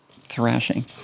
thrashing